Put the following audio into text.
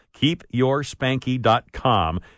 Keepyourspanky.com